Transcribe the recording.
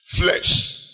flesh